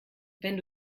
wenn